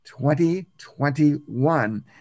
2021